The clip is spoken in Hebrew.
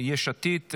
יש עתיד,